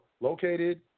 located